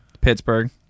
Pittsburgh